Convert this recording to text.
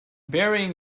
burying